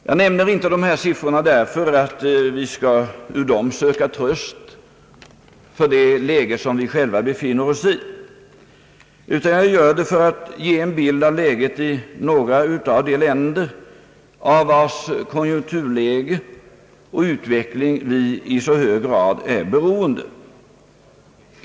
Jag nämner inte dessa siffror därför att vi ur dem skall söka tröst för det läge som vi själva befinner oss i, utan jag gör det för att ge en bild av läget i några av de länder av vilkas konjunkturläge och utveckling vi i så hög grad är beroende.